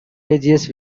religious